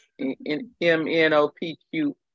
M-N-O-P-Q